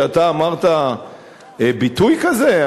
שאתה אמרת ביטוי כזה?